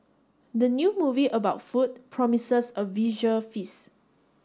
the new movie about food promises a visual feast